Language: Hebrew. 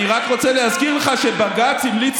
אני רק רוצה להזכיר לך שבג"ץ המליץ